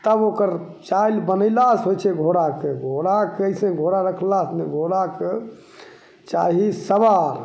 तब ओकर चालि बनैलासँ होइ छै घोड़ाके घोड़ाके अएसे नहि घोड़ा राखलासे नहि होइ छै घोड़ाके चाही सवार